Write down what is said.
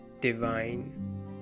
divine